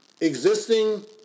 existing